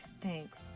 Thanks